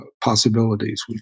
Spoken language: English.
possibilities